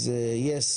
אז יס